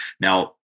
Now